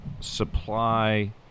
supply